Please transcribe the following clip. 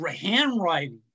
handwriting